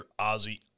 Ozzy